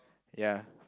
ya